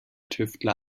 tüftler